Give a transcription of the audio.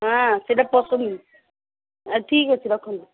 ହଁ ସେଇଟା ପସନ୍ଦ ଆଉ ଠିକ୍ ଅଛି ରଖନ୍ତୁ